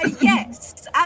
Yes